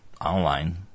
online